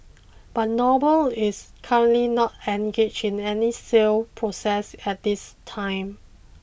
but Noble is currently not engaged in any sale process at this time